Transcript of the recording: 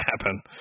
happen